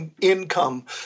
income